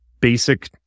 basic